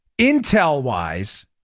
intel-wise